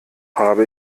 habe